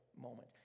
moment